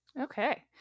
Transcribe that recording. Okay